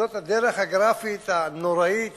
זאת הדרך הגרפית הנוראית